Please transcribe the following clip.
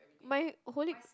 my whole lips